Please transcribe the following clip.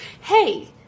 Hey